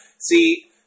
See